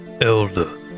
Elder